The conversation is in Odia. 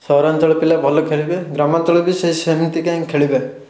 ସହରାଞ୍ଚଳ ପିଲା ଭଲ ଖେଳିବେ ଗ୍ରାମାଞ୍ଚଳ ବି ସେଇ ସେମିତିକା ହିଁ ଖେଳିବେ